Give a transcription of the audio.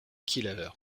killer